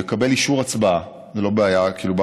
יקבל אישור הצבעה בקלפי,